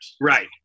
Right